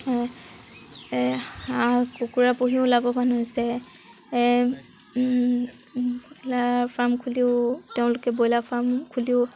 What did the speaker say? কুকুৰা পুহিও লাভৱান হৈছে ব্ৰইলাৰ ফাৰ্ম খুলিও তেওঁলোকে ব্ৰইলাৰ ফাৰ্ম খুলিও